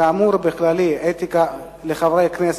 כאמור בכללי אתיקה לחברי הכנסת,